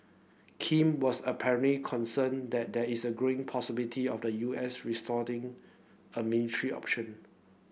Kim was apparently concerned that there is growing possibility of the U S resorting a military option